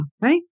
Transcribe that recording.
Right